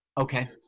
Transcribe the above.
okay